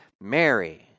Mary